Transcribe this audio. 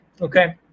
Okay